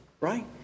Right